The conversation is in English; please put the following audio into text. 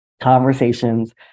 conversations